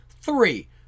three